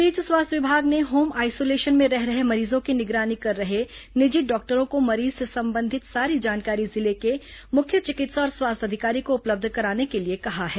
इस बीच स्वास्थ्य विभाग ने होम आइसोलेशन में रह रहे मरीजों की निगरानी कर रहे निजी डॉक्टरों को मरीज से संबंधित सारी जानकारी जिले के मुख्य चिकित्सा और स्वास्थ्य अधिकारी को उपलब्ध कराने के लिए कहा है